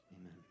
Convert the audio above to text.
amen